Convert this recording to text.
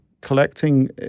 collecting